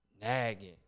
nagging